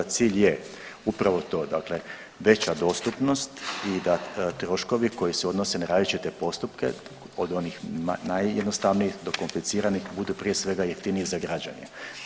Cilj je upravo to, dakle veća dostupnost i da troškovi koji se odnose na različite postupke od onih najjednostavnijih do kompliciranih budu prije svega jeftiniji za građane.